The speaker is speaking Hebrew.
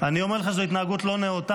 אני אומר לך שזו התנהגות לא נאותה,